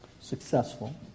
successful